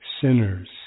sinners